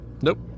Nope